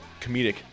comedic